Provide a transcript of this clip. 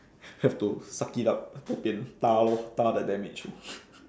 have to suck it up bo pian ta lor ta the damage